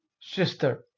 sister